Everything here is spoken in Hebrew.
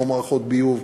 כמו מערכות ביוב,